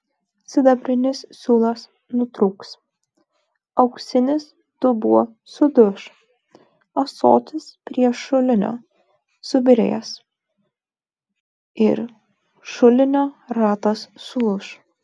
sidabrinis siūlas nutrūks auksinis dubuo suduš ąsotis prie šulinio subyrės ir šulinio ratas sulūš